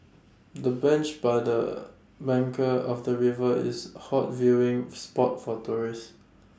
the bench by the bank of the river is A hot viewing spot for tourists